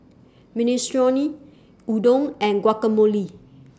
Minestrone Udon and Guacamole